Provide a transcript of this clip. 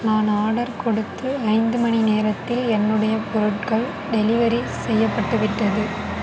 நான் ஆர்டர் கொடுத்து ஐந்து மணி நேரத்தில் என்னுடைய பொருட்கள் டெலிவரி செய்யப்பட்டுவிட்டது